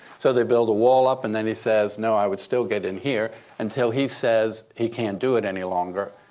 so they build a wall up. and then he says, no, i would still get in here until he says he can't do it any longer.